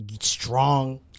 strong